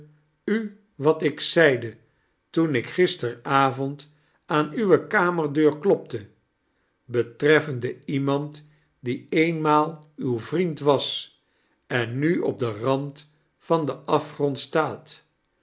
u wat ik zeide toen ik gisteren ayond aan uwe kamerdeur klopte betreffiende iemand die eenmaal uw vriend was en nu op den rand van den afgnond staat